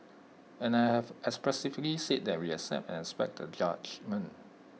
and I have expressively said that we accept and respect the judgement